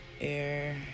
Air